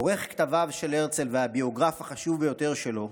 עורך כתביו של הרצל והביוגרף החשוב ביותר שלו,